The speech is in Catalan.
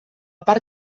part